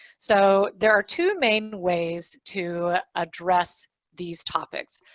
so there are two main ways to address these topics.